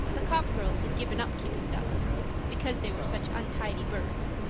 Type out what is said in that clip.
the copp girls had given up keeping ducks because they were such untidy birds.